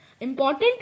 Important